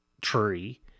tree